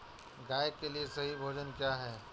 गाय के लिए सही भोजन क्या है?